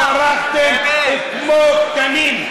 ברחתם כמו קטנים.